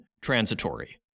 transitory